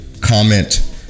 comment